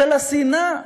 של השנאה,